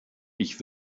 ich